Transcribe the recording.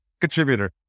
contributor